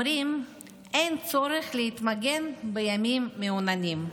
אומרים שאין צורך להתמגן בימים מעוננים.